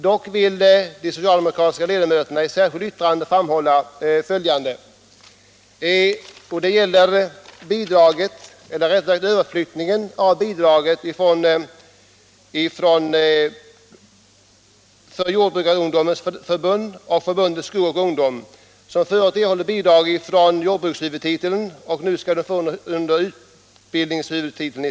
Dock vill de socialdemokratiska ledamöterna i ett särskilt yttrande framhålla följande beträffande överflyttningen av bidragsgivningen till Förbundet Skog och ungdom och Jordbrukarungdomens förbund från jordbrukshuvudtiteln till utbildningshuvudtiteln.